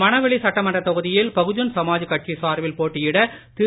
மணவெளி சட்டமன்றத் தொகுதியில் பகுஜன் சமாஜ் கட்சி சார்பில் போட்டியிட திரு